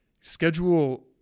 Schedule